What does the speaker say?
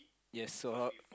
yes so